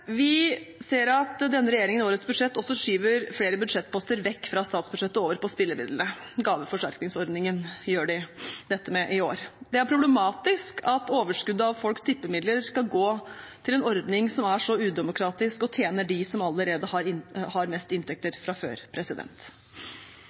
Vi ser at denne regjeringen i årets budsjett også skyver flere budsjettposter vekk fra statsbudsjettet og over på spillemidlene. Gaveforsterkningsordningen gjør de dette med i år. Det er problematisk at overskuddet av folks tippemidler skal gå til en ordning som er så udemokratisk, og som tjener dem som allerede har mest inntekter